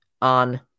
on